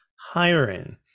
hiring